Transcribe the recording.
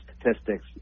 statistics